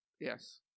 Yes